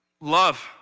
love